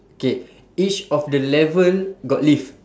K each of the level got lift